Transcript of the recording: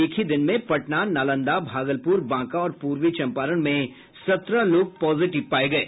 एक ही दिन में पटना नालंदा भागलपुर बांका और पूर्वी चंपारण में सत्रह लोग पॉजिटिव पाये गये